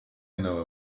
know